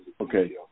Okay